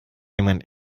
jemand